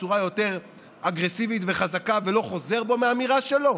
בצורה יותר אגרסיבית וחזקה ולא חוזר בו מהאמירה שלו,